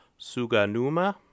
Suganuma